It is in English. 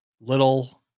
little